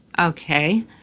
Okay